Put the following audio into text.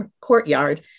courtyard